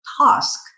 task